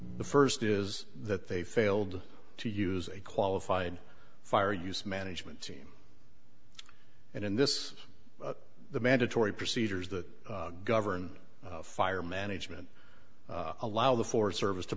the first is that they failed to use a qualified fire use management team and in this the mandatory procedures that govern fire management allow the forest service to